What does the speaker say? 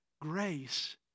grace